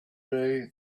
day